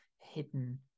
hidden